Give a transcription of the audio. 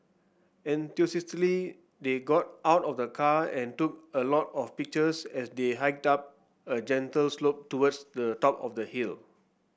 they got out of the car and took a lot of pictures as they hiked up a gentle slope towards the top of the hill